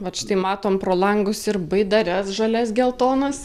vat štai matom pro langus ir baidares žalias geltonas